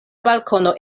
balkono